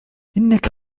إنك